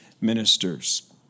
ministers